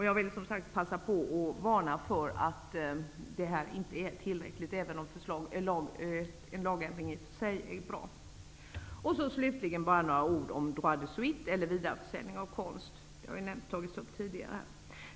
Jag vill som sagt passa på att varna för att detta inte är tillräckligt, även om en lagändring i och för sig är bra. Slutligen bara några ord om droit de suite, eller vidareförsäljning av konst. Det har tagits upp tidigare.